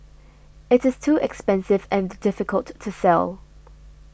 it is too expensive and difficult to sell